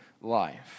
life